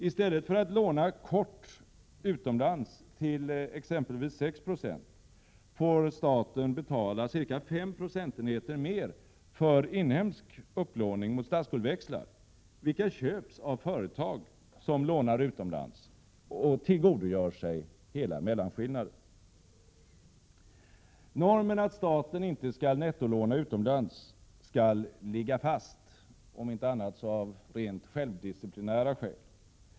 I stället för att låna kort utomlands t.ex. 6 96, får staten betala ca 5 procentenheter mer för inhemsk upplåning mot statsskuldväxlar, vilka köps av företag som lånar utomlands och tillgodogör sig mellanskillnaden. Normen att staten inte skall nettolåna utomlands skall ligga fast, om inte annat så av rent självdisciplinära skäl.